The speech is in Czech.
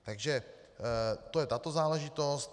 Takže to je tato záležitost.